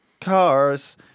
Cars